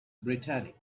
brittany